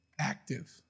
active